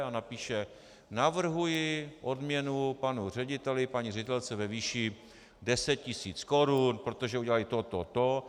A napíše: navrhuji odměnu panu řediteli, paní ředitelce ve výši deset tisíc korun, protože udělali to, to, to.